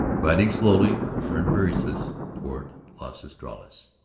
riding slowly, turned persis toward las estrellas.